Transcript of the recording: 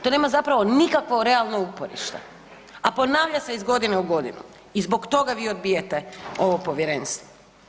To nema zapravo nikakvo realno uporište, a ponavlja se iz godine u godinu i zbog toga vi odbijate ovo povjerenstvo.